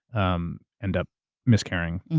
um end up miscarrying.